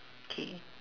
K